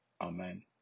Amen